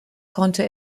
konnte